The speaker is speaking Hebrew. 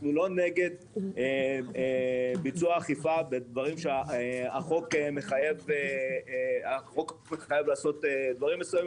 אנחנו לא נגד ביצוע אכיפה בדברים שהחוק מחייב לעשות דברים מסוימים,